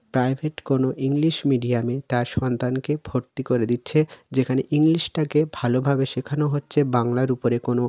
private কোনো English মিডিয়ামে তার সন্তানকে ভর্তি করে দিচ্ছে যেখানে ইংলিশটাকে ভালোভাবে শেখানো হচ্ছে বাংলার উপরে কোনো